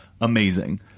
amazing